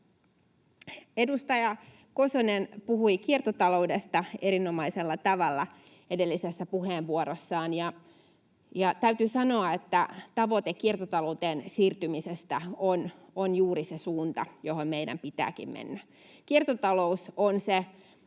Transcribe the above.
Edustaja Kosonen puhui kiertotaloudesta erinomaisella tavalla edellisessä puheenvuorossaan, ja täytyy sanoa, että tavoite kiertotalouteen siirtymisestä on juuri se suunta, johon meidän pitääkin mennä. Kiertotalous on se